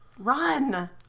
Run